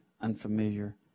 unfamiliar